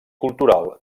cultural